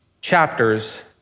chapters